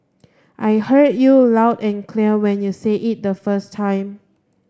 I heard you loud and clear when you said it the first time